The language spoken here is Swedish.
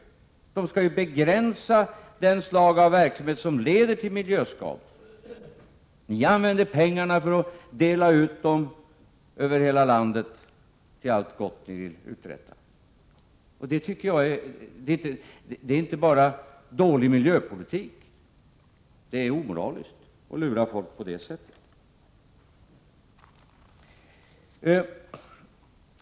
Avgifterna skall ju begränsa det slag av verksamhet som leder till miljöskador. Ni använder pengarna för att dela ut dem över hela landet till allt gott ni vill uträtta. Det är, tycker jag, dålig miljöpolitik och också omoraliskt att lura folk på det sättet.